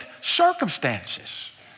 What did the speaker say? circumstances